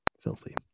Filthy